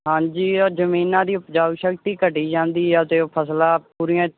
ਹਾਂਜੀ ਆ ਜ਼ਮੀਨਾਂ ਦੀ ਉਪਜਾਊ ਸ਼ਕਤੀ ਘਟੀ ਜਾਂਦੀ ਆ ਅਤੇ ਫਸਲਾਂ ਪੂਰੀਆਂ